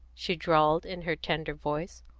she drawled, in her tender voice.